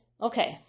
okay